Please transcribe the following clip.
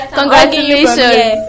Congratulations